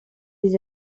des